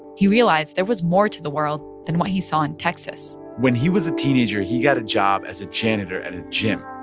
he realized there was more to the world than what he saw in texas when he was a teenager, he got a job as a janitor at a gym,